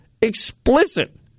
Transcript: explicit